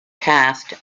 caste